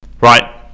Right